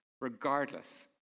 regardless